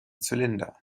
zylinder